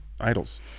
idols